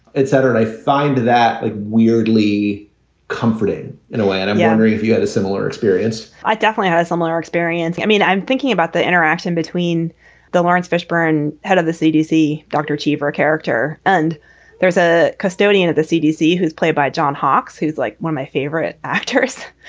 etc. i find that weirdly comforting in a way. and i'm wondering if you had a similar experience i definitely had a similar experience. i mean, i'm thinking about the interaction between the laurence fishburne, head of the cdc, dr. cheever character, and there's a custodian at the cdc who's played by john hawkes, who's like my my favorite actress.